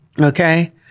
Okay